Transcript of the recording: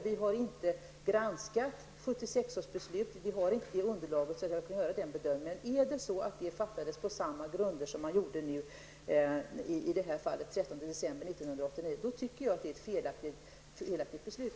Vi har inte granskat 1976 års beslut, och vi har inte det underlaget så att det går att göra någon bedömning. Men fattades det beslutet på samma grunder som beslutet den 13 december 1989, anser jag att även det beslutet var felaktigt.